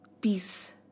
peace